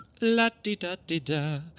La-di-da-di-da